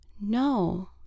No